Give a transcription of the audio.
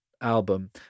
album